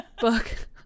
book